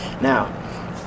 now